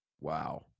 Wow